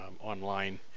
online